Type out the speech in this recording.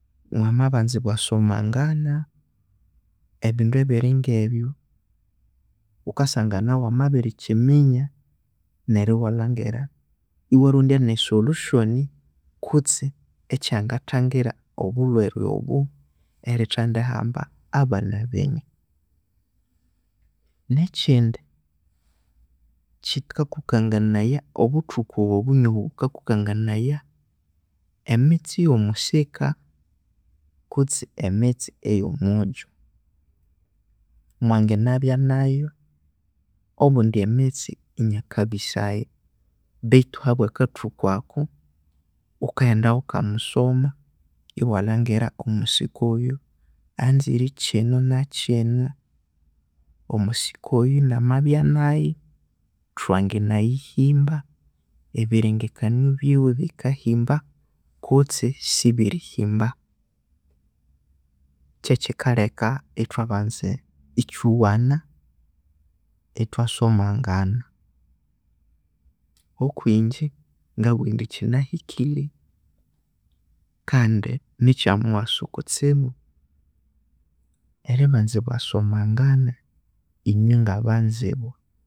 Mwamabanza bwa somangana ebindu ebirinhebyu ghukasangana wamabirikiminya neru ewalhangira iwarondya ne solushoni kutse ekyangathangira obulhwere obu erithendihamba abana benyu nekindi kikakukanganaya obuthuku obu nyoho bukakukanganaya emitse eyo musika kutse emitse eyo mojo mwangenabya nayu obundi emitse inakabisayu beithu habwa akathuku aku ghukaghenda ghukamusoma ewalhangira omusika oyo amzire kinu na kinu omusika oyu namabya nayu thwanginaghihimba ebirengekanio biwe bikahimba kutse siribirihimba kyekikalheka ithwabanza ekiwana ithwasomangana okwingye ngabugha indi kinahikilhe kandi nikyomughasu kutsibu eribanza bwasomangana inywe ngabanzibwa.